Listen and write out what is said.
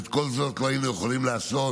את כל זה לא היינו יכולים לעשות